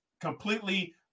completely